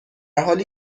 حالی